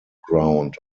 ground